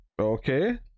okay